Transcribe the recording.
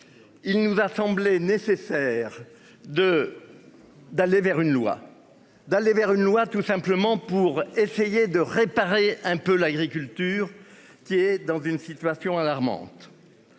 Il nous a semblé nécessaire de. D'aller vers une loi d'aller vers une loi tout simplement pour essayer de réparer un peu l'agriculture qui est dans une situation alarmante.